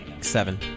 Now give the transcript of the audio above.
Seven